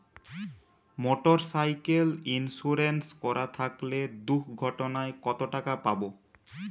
Motorcycle insurance করা থাকলে দুঃঘটনায় কতটাকা পাব?